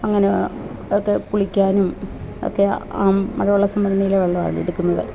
അങ്ങനെ ഒക്കെ കുളിക്കാനും ഒക്കെ ആം മഴവെള്ള സംഭരണിയിലെ വെള്ളമാണെടുക്കുന്നത്